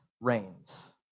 reigns